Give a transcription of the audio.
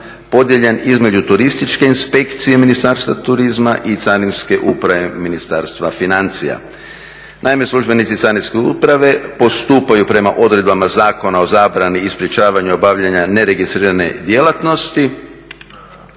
podijeljen između turističke inspekcije Ministarstva turizma i carinske uprave Ministarstva financija." Naime, službenici carinske uprave postupaju prema odredbama Zakona o zabrani i sprječavanju obavljanja neregistrirane djelatnosti.